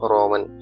Roman